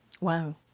Wow